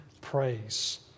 praise